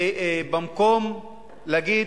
ובמקום להגיד: